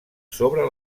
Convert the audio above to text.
sobre